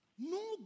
No